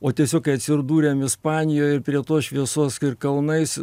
o tiesiog kai atsidūrėm ispanijoj ir prie tos šviesos ir kalnais